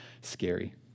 scary